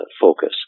focus